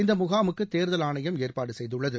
இந்த முகாமுக்கு தேர்தல் ஆணையம் ஏற்பாடு செய்துள்ளது